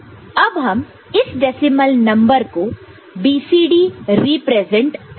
अब हम इस डेसिमल नंबर को BCD मे रीप्रेजेंट करेंगे